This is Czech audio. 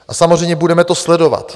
A samozřejmě budeme to sledovat.